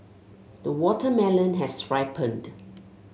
the watermelon has ripened